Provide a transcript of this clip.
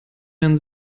einen